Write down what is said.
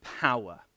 power